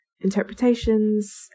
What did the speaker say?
interpretations